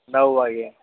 નવ વાગે